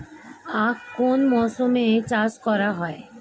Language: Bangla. আখ কোন মরশুমে চাষ করা হয়?